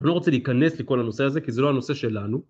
אני לא רוצה להיכנס לכל הנושא הזה, כי זה לא הנושא שלנו.